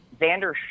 Xander